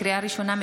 לקריאה ראשונה,